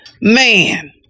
man